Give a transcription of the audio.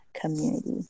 community